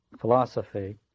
philosophy